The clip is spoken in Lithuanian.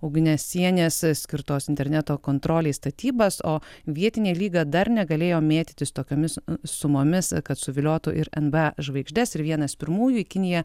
ugniasienės skirtos interneto kontrolei statybas o vietinė lyga dar negalėjo mėtytis tokiomis sumomis kad suviliotų ir nba žvaigždes ir vienas pirmųjų į kiniją